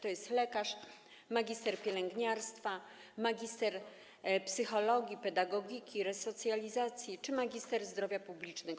To jest lekarz, magister pielęgniarstwa, magister psychologii, pedagogiki, resocjalizacji czy magister zdrowia publicznego.